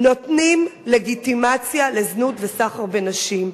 נותנים לגיטימציה לזנות ולסחר בנשים.